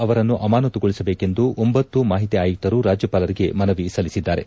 ಅವರನ್ನು ಅಮಾನತುಗೊಳಿಸಬೇಕೆಂದು ಒಂಬತ್ತು ಮಾಹಿತಿ ಆಯುಕ್ತರು ರಾಜ್ಯಪಾಲರಿಗೆ ಮನವಿ ಸಲ್ಲಿಸಿದ್ದಾರೆ